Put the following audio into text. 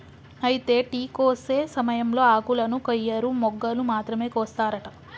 అయితే టీ కోసే సమయంలో ఆకులను కొయ్యరు మొగ్గలు మాత్రమే కోస్తారట